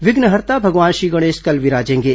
विघ्नहर्ता भगवान श्री गणेश कल विराजेंगे